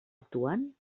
actuant